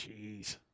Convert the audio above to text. Jeez